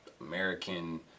American